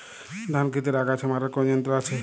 ধান ক্ষেতের আগাছা মারার কোন যন্ত্র আছে?